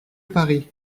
paris